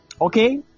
Okay